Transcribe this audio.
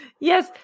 Yes